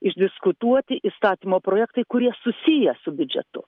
išdiskutuoti įstatymo projektai kurie susiję su biudžetu